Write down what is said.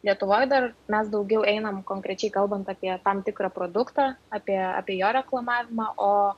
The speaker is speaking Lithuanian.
lietuvoj dar mes daugiau einame konkrečiai kalbant apie tam tikrą produktą apie apie jo reklamavimą o